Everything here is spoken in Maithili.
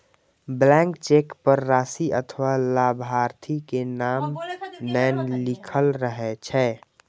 ब्लैंक चेक पर राशि अथवा लाभार्थी के नाम नै लिखल रहै छै